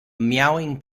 mewing